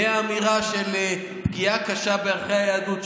מהאמירה של פגיעה קשה בערכי היהדות,